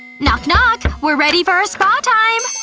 knock knock! we're ready for our spa time!